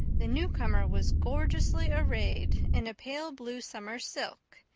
the newcomer was gorgeously arrayed in a pale blue summer silk,